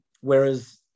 Whereas